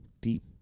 deep